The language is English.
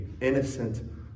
innocent